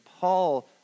Paul